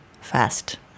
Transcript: fast